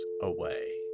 away